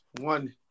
one